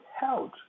held